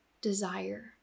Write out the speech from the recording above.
desire